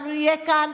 אנחנו נהיה כאן.